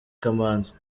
kamanzi